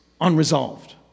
unresolved